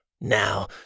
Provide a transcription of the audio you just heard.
Now